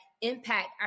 impact